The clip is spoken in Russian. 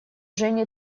жени